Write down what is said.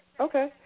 Okay